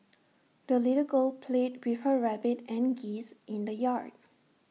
the little girl played with her rabbit and geese in the yard